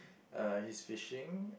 uh he's fishing